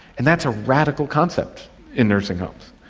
and that's a radical concept in nursing homes.